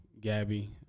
gabby